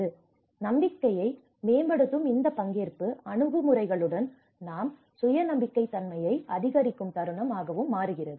எனவே நம்பிக்கையை மேம்படுத்தும் இந்த பங்கேற்பு அணுகுமுறைகளுடன் நாம் சுய நம்பகத்தன்மையை அதிகரிக்கும் தருணம் ஆகவும் மாறுகிறது